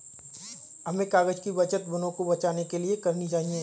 हमें कागज़ की बचत वनों को बचाने के लिए करनी चाहिए